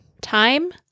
Time